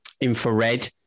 infrared